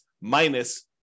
minus